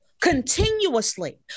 continuously